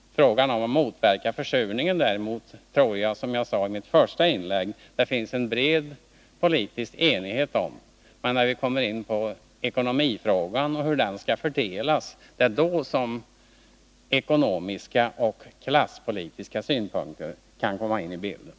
Frågan om att motverka försurningen tror jag däremot, som jag sade i mitt första inlägg, att det finns en bred politisk enighet om. Men när vi kommer in på den ekonomiska frågan, hur kostnaderna skall fördelas, kan ekonomiska och klasspolitiska synpunkter komma in i bilden.